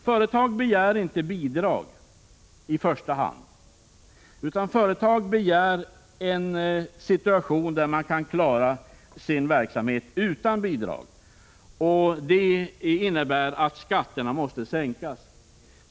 Företagen begär inte bidrag i första hand, utan en situation där de kan klara sin verksamhet utan bidrag. Det innebär att skatterna måste sänkas.